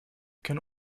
can